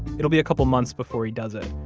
it'll be a couple of months before he does it.